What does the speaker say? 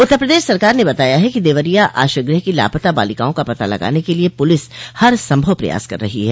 उत्तर प्रदेश सरकार ने बताया है कि देवरिया आश्रय गृह की लापता बालिकाओं का पता लगाने के लिए पुलिस हर संभव प्रयास कर रही है